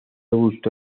gustó